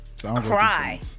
cry